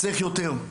צריך יותר,